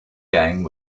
gang